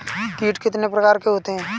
कीट कितने प्रकार के होते हैं?